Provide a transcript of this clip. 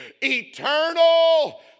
eternal